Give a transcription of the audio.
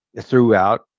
throughout